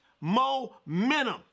momentum